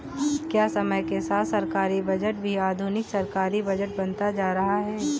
क्या समय के साथ सरकारी बजट भी आधुनिक सरकारी बजट बनता जा रहा है?